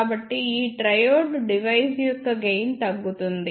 కాబట్టి ఈ triode device యొక్క గెయిన్ తగ్గుతుంది